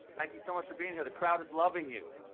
thank you so much for being here. the crowd is loving you.